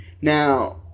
Now